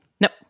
Nope